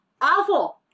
awful